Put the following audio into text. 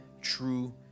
true